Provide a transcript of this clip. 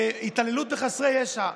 התעללות בחסרי ישע.